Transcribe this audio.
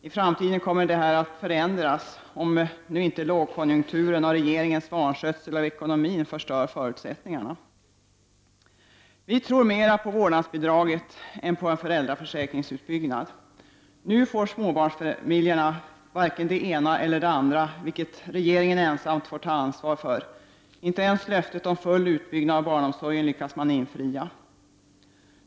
I framtiden kommer detta att förändras, om nu inte lågkonjunkturen och regeringens vanskötsel av ekonomin förstör förutsättningarna. Vi tror mera på vårdnadsbidraget än på en utbyggnad av föräldraförsäkringen. Nu får småbarnsfamiljerna varken det ena eller det andra, vilket regeringen ensam får ta ansvar för. Inte ens löftet om full utbyggnad av barnomsorgen lyckas man infria.